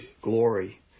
glory